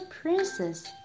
princess